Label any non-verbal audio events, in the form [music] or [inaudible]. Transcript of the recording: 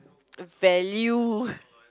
[noise] value